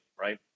right